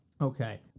Okay